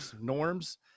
norms